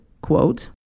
quote